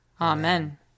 Amen